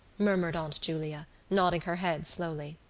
murmured aunt julia, nodding her head slowly.